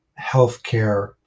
healthcare